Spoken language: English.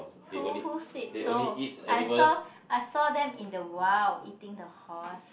who who said so I saw I saw them in the wild eating the horse